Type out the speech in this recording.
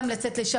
של יציאה לשבתון,